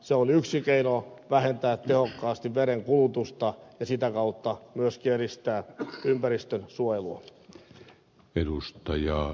se on yksi keino vähentää tehokkaasti veden kulutusta ja sitä kautta myöskin edistää ympäristönsuojelua